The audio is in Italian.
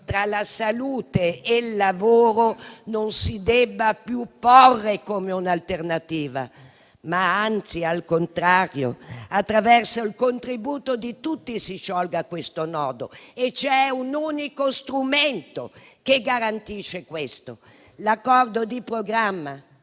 tra salute e lavoro non si debba più porre come un'alternativa; anzi, al contrario, attraverso il contributo di tutti si sciolga questo nodo. E c'è un unico strumento che garantisce questo: l'accordo di programma.